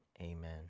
Amen